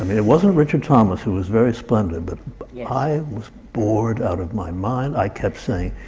it wasn't richard thomas, who was very splendid, but i was bored out of my mind. i kept saying,